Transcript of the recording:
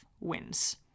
wins